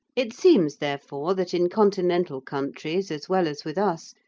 it seems therefore that in continental countries, as well as with us,